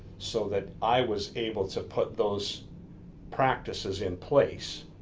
so that i was able to put those practices in place,